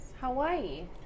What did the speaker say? Hawaii